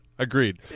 Agreed